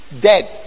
dead